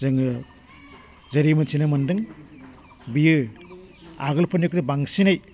जोङो जेरै मोनथिनो मोन्दों बियो आगोलफोरनिफ्राय बांसिनै